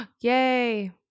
Yay